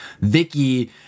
Vicky